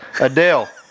Adele